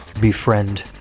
befriend